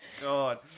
God